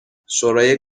شورای